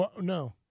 No